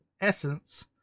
Essence